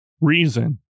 reason